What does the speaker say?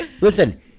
listen